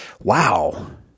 wow